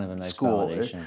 school